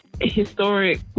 historic